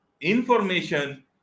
information